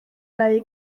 neu